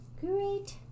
Great